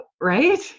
right